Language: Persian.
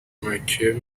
مکه